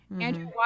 Andrew